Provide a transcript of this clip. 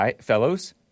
fellows